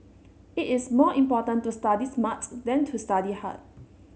it is more important to study smart than to study hard